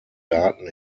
daten